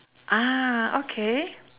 ah okay